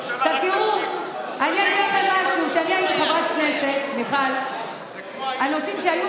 מיכל, כשאני הייתי חברת כנסת, הנושאים שהיו